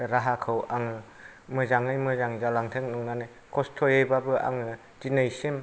राहाखौ आङो मोजाङै मोजां जालांथों नंनानै कस्त'यैब्लाबो आङो दिनैसिम